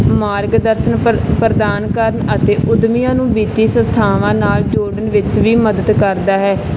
ਮਾਰਗਦਰਸ਼ਨ ਪਰ ਪ੍ਰਦਾਨ ਕਰਨ ਅਤੇ ਉੱਦਮੀਆਂ ਨੂੰ ਵਿੱਤੀ ਸੰਸਥਾਵਾਂ ਨਾਲ ਜੋੜਨ ਵਿੱਚ ਵੀ ਮਦਦ ਕਰਦਾ ਹੈ